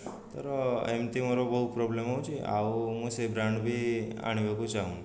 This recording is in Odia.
ତାର ଏମତି ମୋର ବହୁ ପ୍ରୋବ୍ଲେମ୍ ହେଉଛି ଆଉ ମୁଁ ସେଇ ବ୍ରାଣ୍ଡ୍ ବି ଆଣିବାକୁ ଚାହୁଁନି